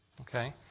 Okay